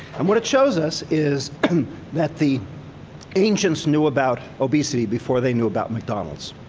and what it shows us is that the ancients knew about obesity before they knew about mcdonalds.